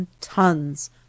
tons